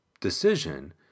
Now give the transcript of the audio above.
decision